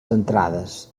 entrades